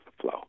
flow